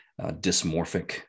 dysmorphic